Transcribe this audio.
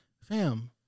fam